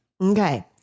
Okay